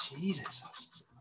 Jesus